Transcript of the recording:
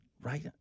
Right